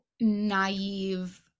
naive